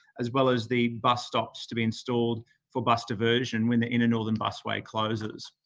as well as the bus stops to be installed for bus diversion when the inner northern busway closes.